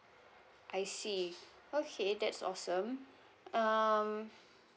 I see okay that's awesome um